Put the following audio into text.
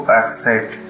accept